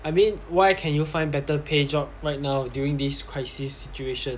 I mean why can you find better pay job right now during this crisis situation